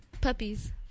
Puppies